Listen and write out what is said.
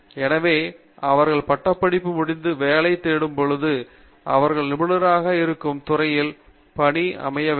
எனவே அவர்கள் பட்டப்படிப்பு முடித்து வேலை தேடும் போது அவர்கள் நிபுணராக இருக்கும் துறையில் பணி அமைய வேண்டும்